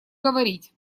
говорить